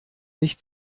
nicht